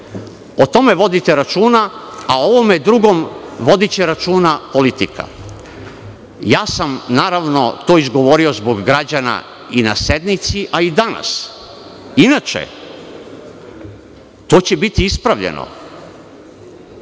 O tome vodite računa, a o ovome drugom vodiće računa politika. Naravno, to sam izgovorio zbog građana i na sednici, a i danas. Inače, to će biti ispravljeno,